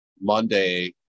Monday